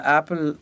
Apple